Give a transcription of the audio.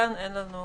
כאן אין לנו